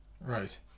Right